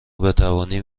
بتوانیم